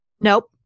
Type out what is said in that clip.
Nope